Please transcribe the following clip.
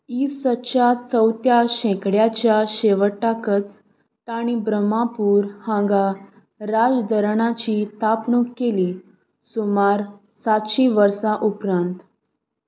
इसच्या चवथ्या शेंकड्याच्या शेवटाकच तांणी ब्रह्मापूर हांगा राजधरणाची थापणूक केली सुमार सातशीं वर्सां उपरांत